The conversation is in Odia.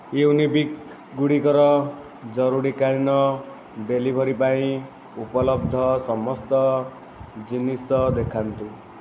ୟୁନିବିକ୍ ଗୁଡ଼ିକର ଜରୁରୀକାଳୀନ ଡେଲିଭରି ପାଇଁ ଉପଲବ୍ଧ ସମସ୍ତ ଜିନିଷ ଦେଖାନ୍ତୁ